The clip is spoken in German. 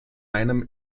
meinem